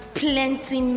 plenty